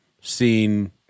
seen